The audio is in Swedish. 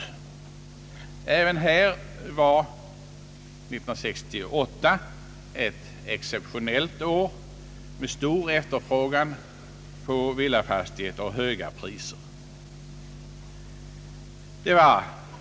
Också för dessa fastigheter var 1968 ett exceptionellt år med stor efterfrågan på villafastigheter och höga priser.